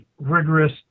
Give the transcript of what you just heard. rigorous